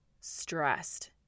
stressed